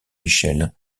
michel